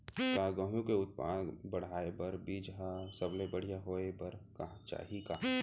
का गेहूँ के उत्पादन का बढ़ाये बर बीज ह सबले बढ़िया होय बर चाही का?